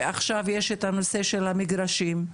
ועכשיו יש את הנושא של המגרשים,